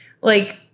like-